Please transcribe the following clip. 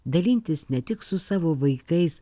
dalintis ne tik su savo vaikais